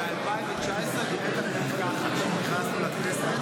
ב-2019 היית ככה, כשנכנסנו לכנסת.